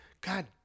God